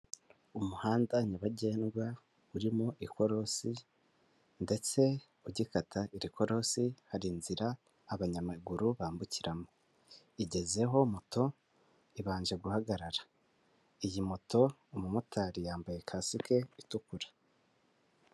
Umuhanda nyabagendwa urimo ikorosi ndetse ugikata iri korosi hari inzira abanyamaguru bambukiramo. Igezeho moto ibanje guhagarara. Iyi moto umumotari yambaye kasike itukura.